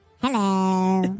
Hello